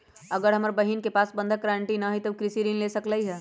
अगर हमर बहिन के पास बंधक गरान्टी न हई त उ कृषि ऋण कईसे ले सकलई ह?